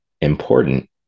important